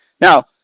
now